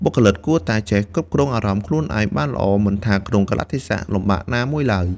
បុគ្គលិកគួរតែចេះគ្រប់គ្រងអារម្មណ៍ខ្លួនឯងបានល្អ មិនថាក្នុងកាលៈទេសៈលំបាកណាមួយឡើយ។